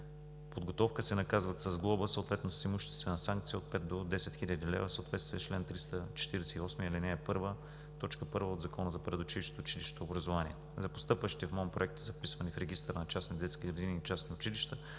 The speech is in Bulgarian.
подготовка, се наказват с глоба, съответно с имуществена санкция от 5 до 10 хил. лв. в съответствие с чл. 348, ал. 1, т. 1 от Закона за предучилищното и училищното образование. За постъпващите в МОН проекти, записвани в регистъра на частните детски градини и частните училища,